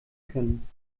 können